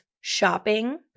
shopping